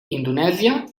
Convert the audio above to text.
indonèsia